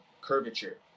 curvature